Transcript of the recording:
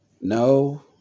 No